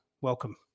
Welcome